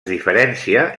diferencia